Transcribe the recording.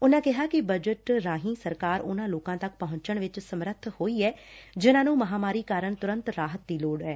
ਉਨੂਾ ਕਿਹਾ ਕਿ ਬਜਟ ਜ਼ਰੀਏ ਸਰਕਾਰ ਉਨੂਾ ਲੋਕਾ ਤੱਕ ਪਹੁੰਚਣ ਵਿਚ ਸਮਰਥ ਹੋਈ ਐ ਜਿਨੂਾ ਨੂੰ ਮਹਾਮਾਰੀ ਕਾਰਨ ਕਾਰਨ ਤੁਰੰਤ ਰਾਹਤ ਦੀ ਲੋੜ ਐ